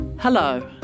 Hello